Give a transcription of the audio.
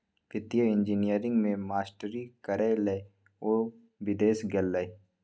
वित्तीय इंजीनियरिंग मे मास्टरी करय लए ओ विदेश गेलाह